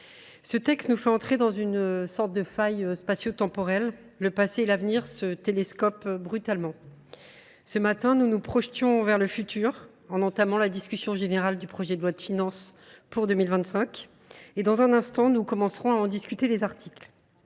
ce texte nous fait entrer dans une sorte de faille spatiotemporelle : le passé et l’avenir se télescopent brutalement. Ce matin, nous nous projetions vers le futur en entamant la discussion générale du projet de loi de finances pour 2025, dont nous commencerons dans un instant à examiner les articles.